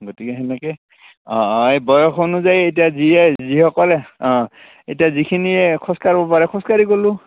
গতিকে তেনেকৈ অঁ অঁ এই বয়স অনুযায়ী এতিয়া যিয়ে যিসকলে অঁ এতিয়া যিখিনিয়ে খোজকাঢ়িব পাৰে খোজকাঢ়ি গ'লোঁ